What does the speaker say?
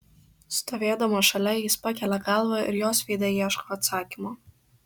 stovėdamas šalia jis pakelia galvą ir jos veide ieško atsakymo